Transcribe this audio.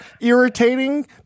irritating